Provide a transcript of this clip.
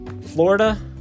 Florida